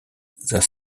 their